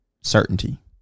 certainty